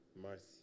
Mercy